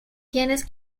tienes